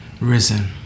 risen